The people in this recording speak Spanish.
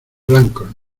blancos